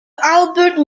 albert